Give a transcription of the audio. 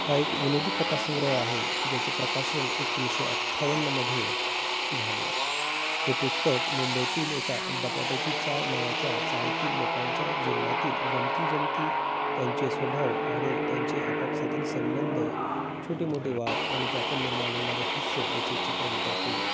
हा एक विनोदी कथा संग्रह आहे की ज्याचे प्रकाशन एकोणीसशे अठ्ठावन्नमध्ये झाले हे पुस्तक मुंबईतील एका बटाट्याची चा नावाच्या चाळतील लोकांच्या जीवनातील गमतीजमती त्यांचे स्वभाव आणि त्यांचे आपापसातील संबंध छोटे मोटे वाद आणि त्यातून निर्माण होणारे हास्य याचे चित्रण करते